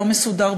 לא מסודר,